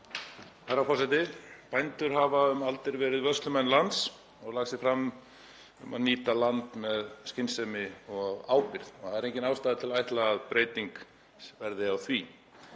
Herra forseti. Bændur hafa um aldir verið vörslumenn lands og lagt sig fram um að nýta land með skynsemi og af ábyrgð og það er engin ástæða til að ætla að breyting verði á því.